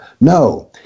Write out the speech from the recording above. No